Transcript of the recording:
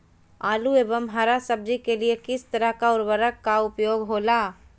आलू एवं हरा सब्जी के लिए किस तरह का उर्वरक का उपयोग होला?